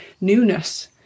newness